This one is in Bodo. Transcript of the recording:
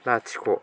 लाथिख'